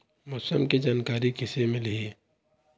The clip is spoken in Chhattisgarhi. मौसम के जानकारी किसे मिलही?